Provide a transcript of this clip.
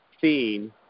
seen